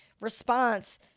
response